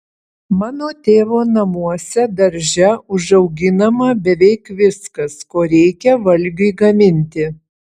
mano tėvo namuose darže užauginama beveik viskas ko reikia valgiui gaminti